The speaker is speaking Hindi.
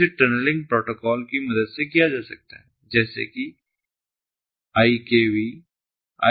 इसे टनलिंग प्रोटोकॉल की मदद से किया जा सकता है जैसे कि IKV IKEV2